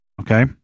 Okay